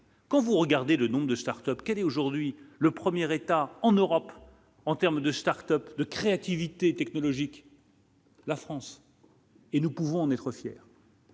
quand vous regardez le nombre de Start-Up, quel est aujourd'hui le premier États en Europe en terme de Start-Up de créativité technologique. La France. Et nous pouvons en être siècle.